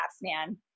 man